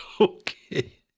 Okay